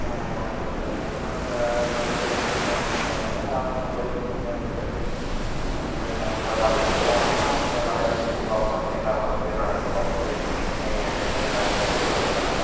இப்போ பார்த்திங்கன்னா இப்போ அதனாலையே மிஷினை வச்சிருந்தனால் ஆளுங்க உழைப்பு கம்மியாக போயிட்டு அதுமாதிரி நான் இப்போ காலையில் போனேன்னால் இப்போ வயலை சுற்றி பார்ப்பேன் எல்லா வரப்பையும் நடந்து பார்த்துட்டு எங்கேயாச்சும் தண்ணி வெளியாகுதா